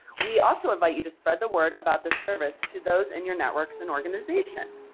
we also invite you to spread the word about this service to those in your networks and organizations.